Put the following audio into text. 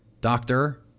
doctor